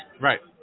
right